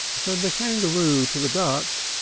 said the kangaroo to the duck,